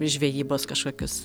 žvejybos kažkokius